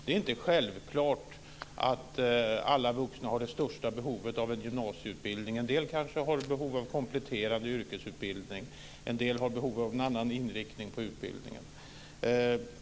Det är inte självklart att alla vuxna har behov av en gymnasieutbildning. En del kanske har behov av kompletterande yrkesbildning, en del har behov av en annan inriktning på utbildningen.